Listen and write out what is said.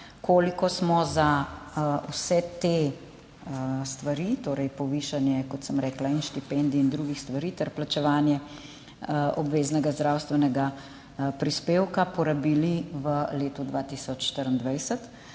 Koliko smo za vse te stvari, torej povišanje in štipendij in drugih stvari ter plačevanje obveznega zdravstvenega prispevka, porabili v letu 2024?